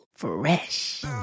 fresh